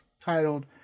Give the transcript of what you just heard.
titled